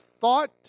thought